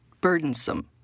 burdensome